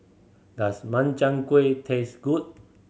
does Makchang Gui taste good